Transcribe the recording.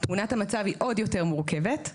תמונת המצב היא עוד יותר מורכבת,